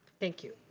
thank you.